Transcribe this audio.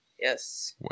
Yes